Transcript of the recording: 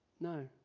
No